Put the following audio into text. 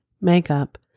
makeup